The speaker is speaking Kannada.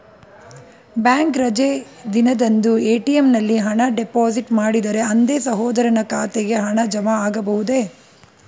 ಬ್ಯಾಂಕ್ ರಜೆ ದಿನದಂದು ಎ.ಟಿ.ಎಂ ನಲ್ಲಿ ಹಣ ಡಿಪಾಸಿಟ್ ಮಾಡಿದರೆ ಅಂದೇ ಸಹೋದರನ ಖಾತೆಗೆ ಹಣ ಜಮಾ ಆಗಬಹುದೇ?